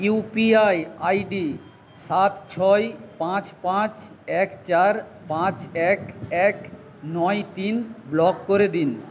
UPI ID সাত ছয় পাঁচ পাঁচ এক চার পাঁচ এক এক নয় তিন ব্লক করে দিন